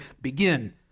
begin